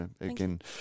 Again